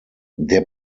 der